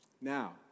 Now